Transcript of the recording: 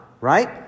right